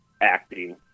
acting